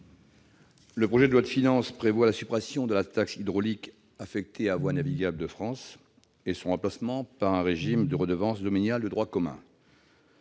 Le projet de loi de finances prévoit la suppression de la taxe hydraulique affectée à Voies navigables de France, VNF, et son remplacement par un régime de redevances domaniales de droit commun.